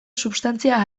substantzia